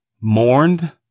mourned